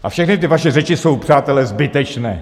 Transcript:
A všechny ty vaše řeči jsou, přátelé, zbytečné!